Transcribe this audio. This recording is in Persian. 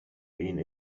این